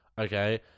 Okay